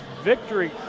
Victory